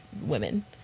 women